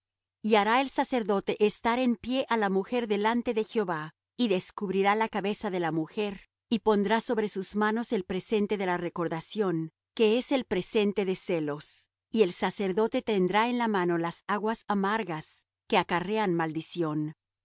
y hará el sacerdote estar en pie á la mujer delante de jehová y descubrirá la cabeza de la mujer y pondrá sobre sus manos el presente de la recordación que es el presente de celos y el sacerdote tendrá en la mano las aguas amargas que acarrean maldición